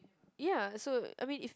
ya so I mean if